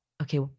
okay